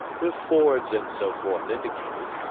with fords and so forth indicated,